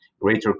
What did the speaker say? Greater